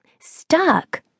stuck